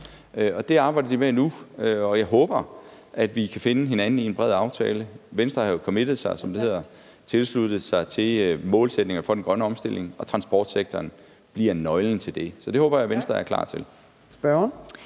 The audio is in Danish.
Det arbejder de med nu, og jeg håber, at vi kan finde hinanden i en bred aftale. Venstre har jo committed sig, som det hedder, tilsluttet sig målsætninger for den grønne omstilling, og transportsektoren bliver nøglen til det. Så det håber jeg Venstre er klar til.